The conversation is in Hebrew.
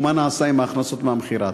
ומה נעשה עם ההכנסות מהמכירה?